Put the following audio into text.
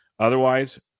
Otherwise